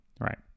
right